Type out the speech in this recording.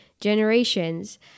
generations